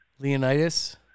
Leonidas